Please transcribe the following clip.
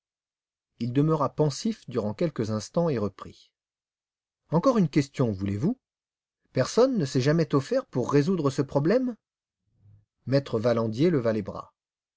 il demeura pensif durant quelques instants et reprit encore une question voulez-vous personne ne s'est jamais offert pour résoudre ce problème m e valendier leva les bras